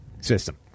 system